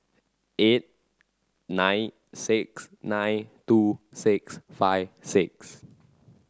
eight nine six nine two six five six